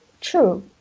True